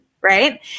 right